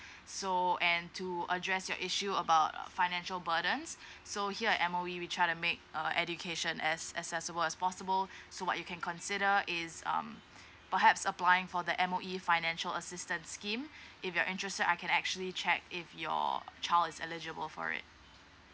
so and to address your issue about err financial burdens so here at M_O_E we try to make uh education as accessible as possible so what you can consider is um perhaps applying for the M_O_E financial assistance scheme if you are interested I can actually check if your child is eligible for it